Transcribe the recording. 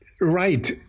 right